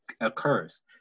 occurs